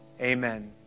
amen